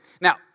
now